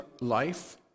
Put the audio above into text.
life